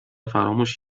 فراموش